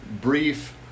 brief